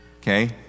Okay